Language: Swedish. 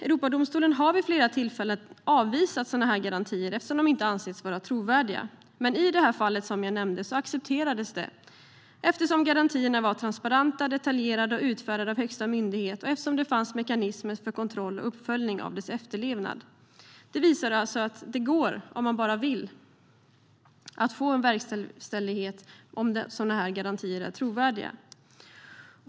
Europadomstolen har vid flera tillfällen avvisat sådana garantier eftersom de inte ansetts trovärdiga, men i det fall jag nämnde accepterades garantierna eftersom de var transparenta och detaljerade, hade utfärdats av högsta myndighet och det fanns mekanismer för kontroll och uppföljning av deras efterlevnad. Detta visar att det går att få verkställighet om man bara vill, om garantierna är trovärdiga.